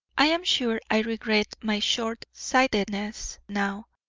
i am sure i regret my short-sightedness now,